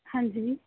ਹਾਂਜੀ